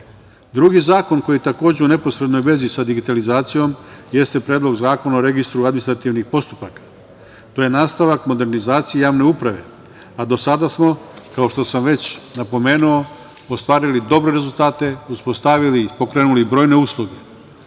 zakon koji je u neposrednoj vezi sa digitalizacijom jeste Predlog zakona o registru administrativnih postupaka. To je nastavak modernizacije javne uprave, a do sada smo, kao što sam već napomenuo, ostvarili dobre rezultate, uspostavili i pokrenuli brojne usluge.